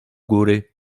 góry